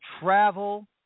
travel